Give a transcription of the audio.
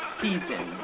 season